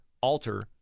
alter